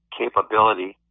capability